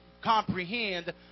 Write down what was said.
comprehend